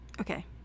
Okay